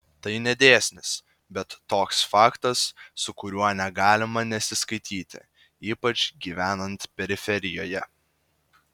tai ne dėsnis bet toks faktas su kuriuo negalima nesiskaityti ypač gyvenant periferijoje